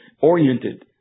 oriented